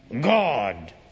God